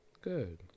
Good